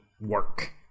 work